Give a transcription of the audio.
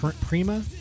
Prima